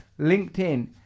LinkedIn